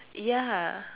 ya